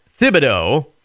Thibodeau